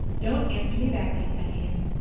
don't answer me back like that, anne.